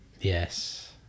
yes